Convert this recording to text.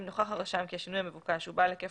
אם נוכח הרשם כי השינוי המבוקש הוא בעל היקף